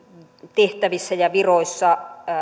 tehtävissä ja viroissa